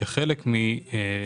היא חלק מהרחבה